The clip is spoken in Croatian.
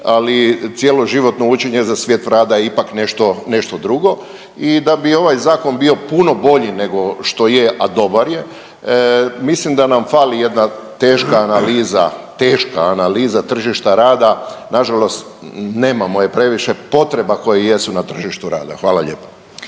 ali cjeloživotno učenje za svijet rada je ipak nešto drugo. I da bi ovaj Zakon bio puno bolji nego što je a dobar je, mislim da nam fali jedna teška analiza, teška analiza tržišta rada. Na žalost nemamo je previše potreba koje jesu na tržištu rada. Hvala lijepa.